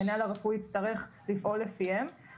המנהל הרפואי יצטרך לפעול לפיהם.